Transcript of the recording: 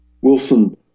Wilson